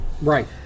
Right